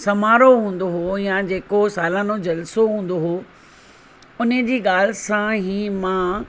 समारोह हूंदो हुओ या जेको सालानो जलिसो हूंदो हुओ उन जी ॻाल्हि सां ई मां